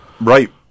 right